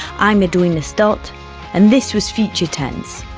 i'm edwina stott and this was future tense,